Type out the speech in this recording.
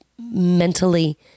mentally